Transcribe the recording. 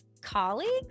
colleagues